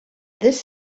this